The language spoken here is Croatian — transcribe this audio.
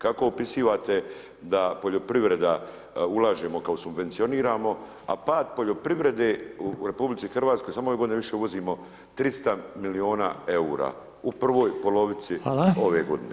Kako opisivate da poljoprivreda, ulažemo kao subvencioniramo a pad poljoprivrede u RH, samo ove godine više uvozimo, 300 milijuna eura u prvoj polovici ove godine?